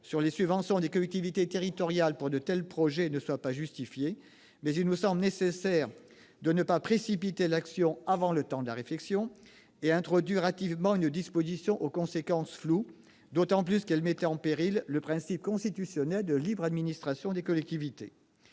sur les subventions des collectivités territoriales pour de tels projets ne sont pas justifiées. Toutefois, il nous semble nécessaire de ne pas précipiter l'action avant le temps de la réflexion et d'introduire hâtivement une disposition aux conséquences floues, d'autant plus que celle-ci mettait en péril le principe constitutionnel de libre administration des collectivités.